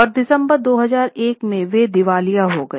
और दिसंबर 2001 में वे दिवालिया हो गए